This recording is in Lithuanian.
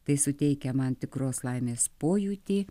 tai suteikia man tikros laimės pojūtį